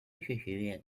学院